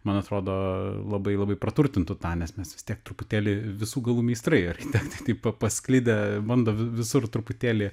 man atrodo labai labai praturtintų tą nes mes vis tiek truputėlį visų galų meistrai architektai taip pa pasklidę bando vi visur truputėlį